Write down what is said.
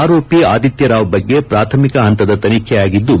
ಆರೋಪಿ ಆದಿತ್ಯರಾವ್ ಬಗ್ಗೆ ಪ್ರಾಥಮಿಕ ಹಂತದ ತನಿಖೆ ಆಗಿದ್ದು